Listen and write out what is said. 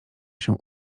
się